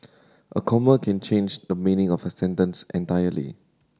a comma can change the meaning of a sentence entirely